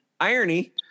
Irony